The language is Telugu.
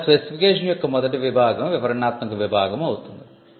ఇలా స్పెసిఫికేషన్ యొక్క మొదటి విభాగం వివరణాత్మక విభాగం అవుతుంది